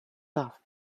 tough